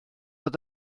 bod